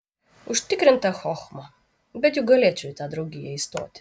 užtikrinta chochma bet juk galėčiau į tą draugiją įstoti